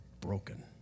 broken